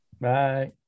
Bye